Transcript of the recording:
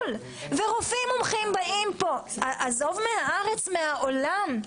ורופאים מומחים באים פה עזוב מארץ, מהעולם.